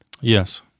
Yes